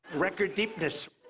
record deepness.